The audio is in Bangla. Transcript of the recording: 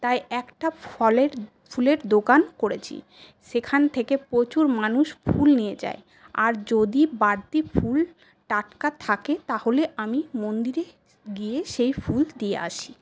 তাই একটা ফলের ফুলের দোকান করেছি সেখান থেকে প্রচুর মানুষ ফুল নিয়ে যায় আর যদি বাড়তি ফুল টাটকা থাকে তাহলে আমি মন্দিরে গিয়ে সেই ফুল দিয়ে আসি